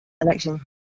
election